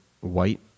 white